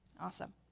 Awesome